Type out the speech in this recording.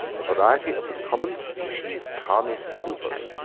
a variety of the common species canis lupus.